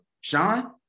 Sean